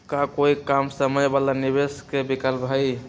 का कोई कम समय वाला निवेस के विकल्प हई?